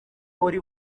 uri